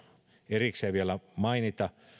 erikseen vielä mainita